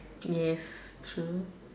yes true